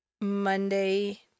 Monday